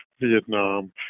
Vietnam